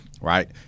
right